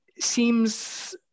seems